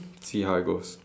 see how it goes